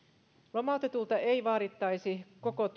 lomautetulta ei vaadittaisi